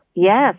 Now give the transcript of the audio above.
Yes